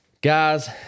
guys